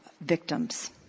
victims